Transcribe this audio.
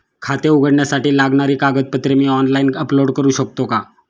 खाते उघडण्यासाठी लागणारी कागदपत्रे मी ऑनलाइन अपलोड करू शकतो का?